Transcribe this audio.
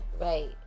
right